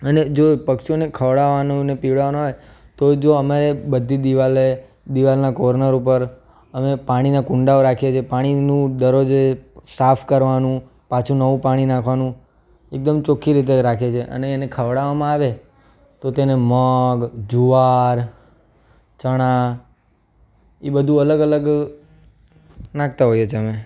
અને જો પક્ષીઓને ખવડાવવાનું અને પીવડાવવાનું આવે તો જો અમે બધી દીવાલે દિવાલના કોર્નર ઉપર અમે પાણીના કુંડાઓ રાખીએ છીએ પાણીનું દરરોજે સાફ કરવાનું પાછું નવું પાણી નાખવાનું એકદમ ચોખ્ખી રીતે રાખીએ છીએ અને એને ખવડાવવામાં આવે તો તેને મગ જુવાર ચણા એ બધું અલગ અલગ નાખતા હોઇએ છીએ અમે